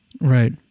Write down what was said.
Right